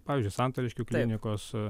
pavyzdžiui santariškių klinikos